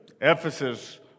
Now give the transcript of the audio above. Ephesus